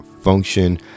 function